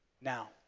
Now